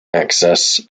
access